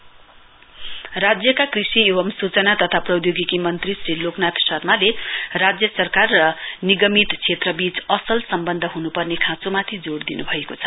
coordination meeting राज्यका कृषि एवं सुचना तथा प्रौधोगिकी मन्त्री श्री लोकनाथ शर्माले राज्य सरकार र निगमित क्षेत्रवीच असल सम्वन्ध हुनुपर्ने खाँचोमाथि जोड़ दिनुभएकोछ